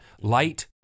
Light